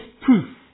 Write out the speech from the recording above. proof